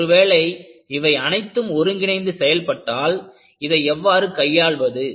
ஒருவேளை இவை அனைத்தும் ஒருங்கிணைந்து செயல்பட்டால் இதை எவ்வாறு கையாள்வது